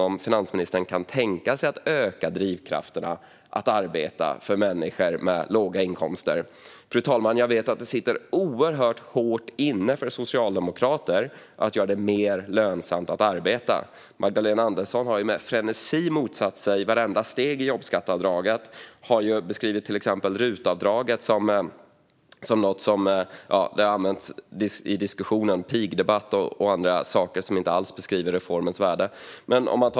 Kan finansministern tänka sig att öka drivkrafterna för människor med låga inkomster att arbeta? Jag vet, fru talman, att det sitter oerhört långt inne för socialdemokrater att göra det mer lönsamt att arbeta. Magdalena Andersson har med frenesi motsatt sig vartenda steg i jobbskatteavdraget, och hon har till exempel beskrivit RUT-avdraget och använt det i diskussionen om pigdebatt och annat som inte alls beskriver reformens värde.